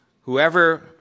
Whoever